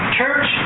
church